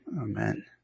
amen